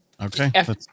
Okay